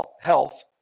health